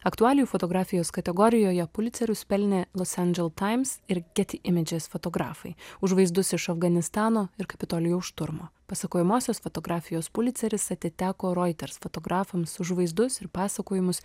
aktualijų fotografijos kategorijoje pulicerius pelnė los andžel taims ir keti imedžeis fotografai už vaizdus iš afganistano ir kapitolijaus šturmo pasakojamosios fotografijos puliceris atiteko roiters fotografams už vaizdus ir pasakojimus